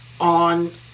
on